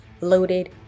loaded